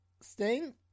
Sting